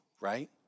right